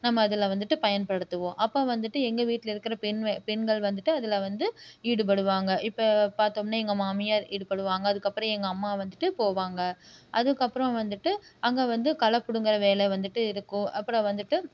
நம்ம அதில் வந்துட்டு பயன்படுத்துவோம் அப்போ வந்துட்டு எங்கள் வீட்டில் இருக்கிற பெண் வே பெண்கள் வந்துட்டு அதில் வந்து ஈடுபடுவாங்க இப்போ பார்த்தோம்னா எங்கள் மாமியார் ஈடுபடுவாங்க அதுக்கப்புறம் எங்கள் அம்மா வந்துட்டு போவாங்க அதுக்கப்புறம் வந்துட்டு அங்கே வந்து களை பிடுங்குற வேலை வந்துட்டு இருக்கும் அப்புறம் வந்துட்டு